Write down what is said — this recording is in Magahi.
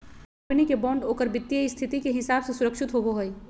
कंपनी के बॉन्ड ओकर वित्तीय स्थिति के हिसाब से सुरक्षित होवो हइ